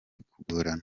kugorana